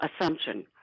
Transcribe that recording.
assumption